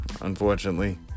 unfortunately